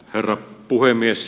herra puhemies